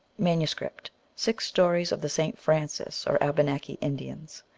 manuscript six stories of the st. francis or abenaki indians.